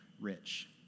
rich